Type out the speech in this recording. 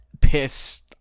piss